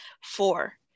four